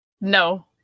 No